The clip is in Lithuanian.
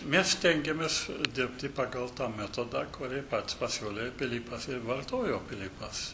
mes stengiamės dirbti pagal tą metodą kurį pats pasiūlė pilypas vartojo pilypas